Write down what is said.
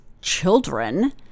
children